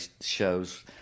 shows